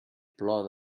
plor